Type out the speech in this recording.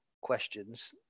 questions